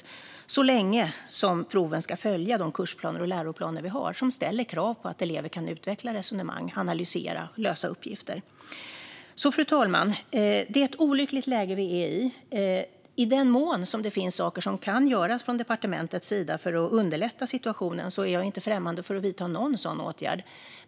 Så är det så länge som proven ska följa de kursplaner och läroplaner vi har, som ställer krav på att elever kan utveckla resonemang, analysera och lösa uppgifter. Fru talman! Vi är i ett olyckligt läge. I den mån det finns saker som kan göras från departementets sida för att underlätta situationen är jag inte främmande för att vidta någon sådan åtgärd.